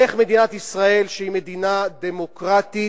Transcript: איך מדינת ישראל, שהיא מדינה דמוקרטית,